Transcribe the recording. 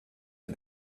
for